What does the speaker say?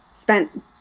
spent